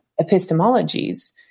epistemologies